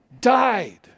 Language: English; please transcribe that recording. died